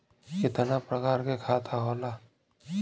कितना प्रकार के खाता होला?